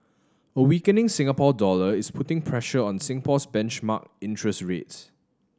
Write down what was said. a weakening Singapore dollar is putting pressure on Singapore's benchmark interest rates